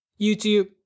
youtube